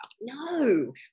No